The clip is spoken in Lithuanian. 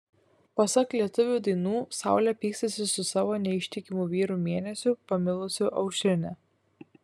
pasak lietuvių dainų saulė pykstasi su savo neištikimu vyru mėnesiu pamilusiu aušrinę